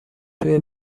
توی